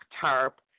tarp